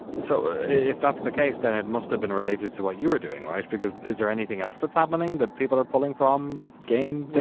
so if that's the case, then it must have been related to what you were doing, right, because is there anything else that's happening, that people are pulling from game data?